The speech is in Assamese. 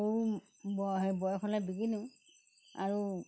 গৰু হেৰি বয়স হ'লে বিকি দিওঁ আৰু